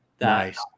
Nice